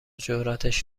جراتش